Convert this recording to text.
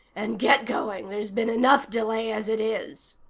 and get going. there's been enough delay as it is.